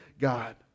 God